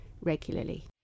regularly